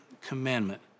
commandment